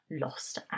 lost